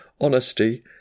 honesty